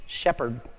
Shepherd